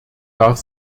darf